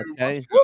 Okay